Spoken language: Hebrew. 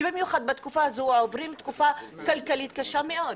כשבמיוחד בתקופה הזאת עוברים תקופה כלכלית קשה מאוד.